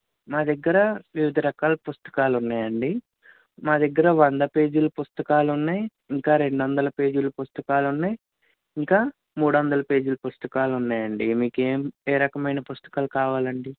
మా దగ్గర వివిధ రకాల పుస్తకాలు ఉన్నాయండి మా దగ్గర వంద పేజీల పుస్తకాలు ఉన్నాయి ఇంకా రెండు వందల పేజీల పుస్తకాలు ఉన్నాయి ఇంకా మూడు వందల పేజీల పుస్తకాలు ఉన్నాయండి మీకు ఏం ఏ రకమైన పుస్తకాలు కావాలండి